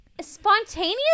spontaneous